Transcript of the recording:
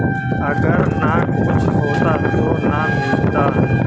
अगर न कुछ होता तो न मिलता?